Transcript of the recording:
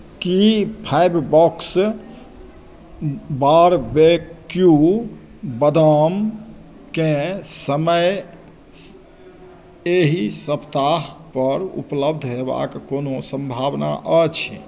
की फैबबॉक्स बारबेक्यू बदामकेँ समय एहि सप्ताहपर उपलब्ध होयबाक कोनो सम्भावना अछि